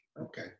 okay